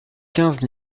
quinze